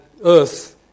earth